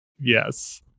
Yes